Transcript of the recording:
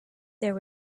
there